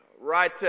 right